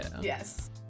Yes